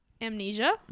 amnesia